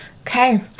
okay